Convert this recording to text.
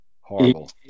Horrible